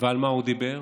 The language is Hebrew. ועל מה הוא דיבר?